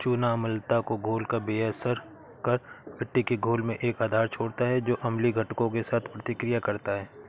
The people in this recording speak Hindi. चूना अम्लता को घोलकर बेअसर कर मिट्टी के घोल में एक आधार छोड़ता है जो अम्लीय घटकों के साथ प्रतिक्रिया करता है